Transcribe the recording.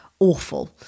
awful